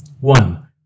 One